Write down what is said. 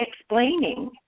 explaining